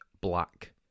black